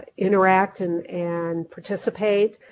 interact and and participate.